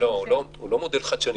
לא, הוא לא מודל חדשני.